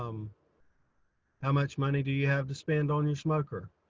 um how much money do you have to spend on your smoker?